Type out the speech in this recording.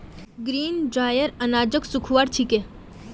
grain dryer अनाजक सुखव्वार छिके